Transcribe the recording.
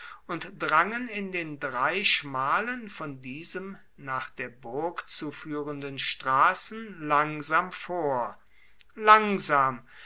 und drangen in den drei schmalen von diesem nach der burg zu führenden straßen langsam vor langsam